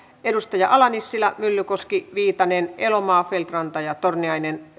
edustajat ala nissilä myllykoski viitanen elomaa feldt ranta ja torniainen